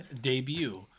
debut